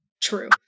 true